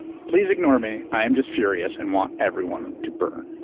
please ignore me i am just furious and want everyone to burn.